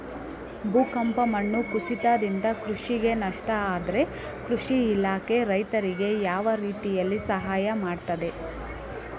ಭೂಕಂಪ, ಮಣ್ಣು ಕುಸಿತದಿಂದ ಕೃಷಿಗೆ ನಷ್ಟ ಆದ್ರೆ ಕೃಷಿ ಇಲಾಖೆ ರೈತರಿಗೆ ಯಾವ ರೀತಿಯಲ್ಲಿ ಸಹಾಯ ಮಾಡ್ತದೆ?